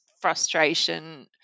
frustration